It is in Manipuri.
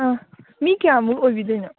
ꯑꯥ ꯃꯤ ꯀꯌꯥꯃꯨꯛ ꯑꯣꯏꯕꯤꯗꯣꯏꯅꯣ